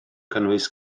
cynnwys